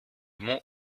mont